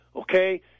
okay